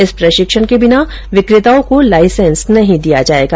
इस प्रशिक्षण के बिना विकेताओं को लाईसेंस नहीं दिया जयेगा